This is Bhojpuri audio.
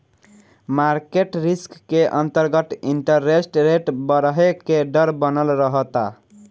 मारकेट रिस्क के अंतरगत इंटरेस्ट रेट बरहे के डर बनल रहता